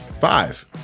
Five